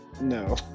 No